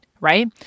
right